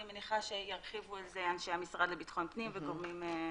אני מניחה שירחיבו על זה אנשי המשרד לביטחון הפנים וגורמים נוספים.